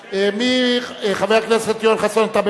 חבר הכנסת אמנון כהן,